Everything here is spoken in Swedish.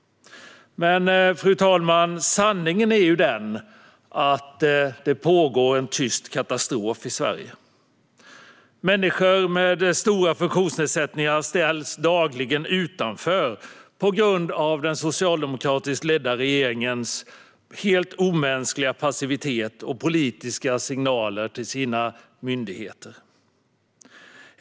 Men, fru talman, sanningen är ju att det pågår en tyst katastrof i Sverige. Människor med stora funktionsnedsättningar ställs dagligen utanför på grund av den socialdemokratiskt ledda regeringens helt omänskliga passivitet och politiska signaler till sina myndigheter. Fru talman!